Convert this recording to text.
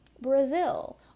Brazil